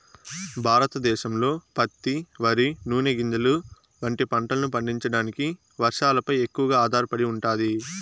భారతదేశంలో పత్తి, వరి, నూనె గింజలు వంటి పంటలను పండించడానికి వర్షాలపై ఎక్కువగా ఆధారపడి ఉంటాది